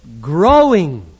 growing